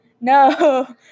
no